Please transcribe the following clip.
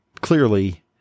clearly